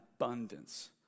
abundance